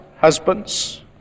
husbands